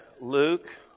Luke